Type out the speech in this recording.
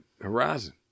horizon